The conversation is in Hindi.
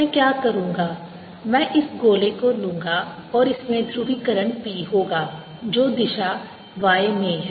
मैं क्या करूंगा मैं इस गोले को लूंगा और इसमें ध्रुवीकरण P होगा जो दिशा y में है